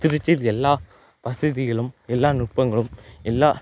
திருச்சியில் எல்லா வசதிகளும் எல்லா நுட்பங்களும் எல்லா